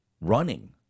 running